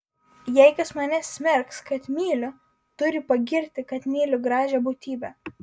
jei kas mane smerks kad myliu turi pagirti kad myliu gražią būtybę